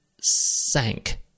sank